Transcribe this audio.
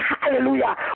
hallelujah